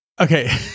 Okay